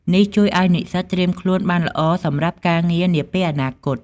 នេះជួយឱ្យនិស្សិតត្រៀមខ្លួនបានល្អសម្រាប់ការងារនាពេលអនាគត។